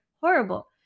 horrible